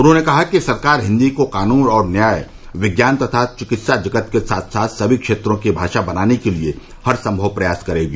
उन्होंने कहा कि सरकार हिन्दी को कानून और न्याय विज्ञान तथा चिकित्सा जगत के साथ साथ सभी क्षेत्रों की भाषा बनाने के लिए हरसंभव प्रयास करेगी